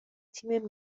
تیم